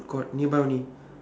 food court nearby only